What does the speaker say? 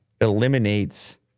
eliminates